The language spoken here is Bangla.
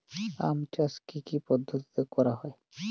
আম চাষ কি কি পদ্ধতিতে করা হয়?